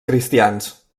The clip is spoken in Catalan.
cristians